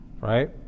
right